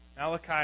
Malachi